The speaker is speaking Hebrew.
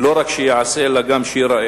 לא רק שייעשה, אלא גם שייראה,